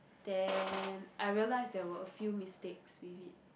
then I realized there were a few mistakes with it